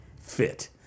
fit